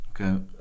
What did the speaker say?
Okay